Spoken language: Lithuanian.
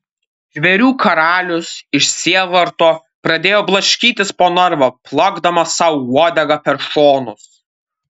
žvėrių karalius iš sielvarto pradėjo blaškytis po narvą plakdamas sau uodega per šonus